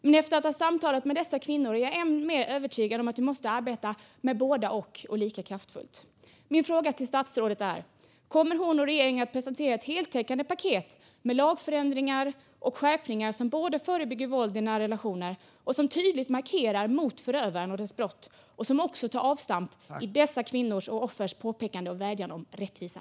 Men efter att ha samtalat med dessa kvinnor är jag ännu mer övertygad om att vi lika kraftfullt måste arbeta med både och. Kommer statsrådet och regeringen att presentera ett heltäckande paket med lagförändringar och skärpningar som både förebygger våld i nära relationer och tydligt markerar mot förövarens brott samt också tar avstamp i dessa kvinnors och offers påpekanden och vädjanden om rättvisa?